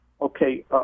Okay